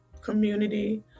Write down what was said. community